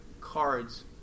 cards